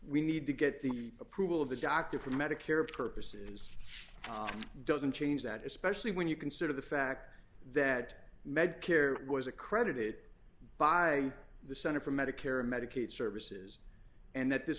we need to get the approval of the doctor for medicare purposes doesn't change that especially when you consider the fact that medicare was accredited by the center for medicare medicaid services and that this